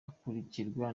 ikurikirwa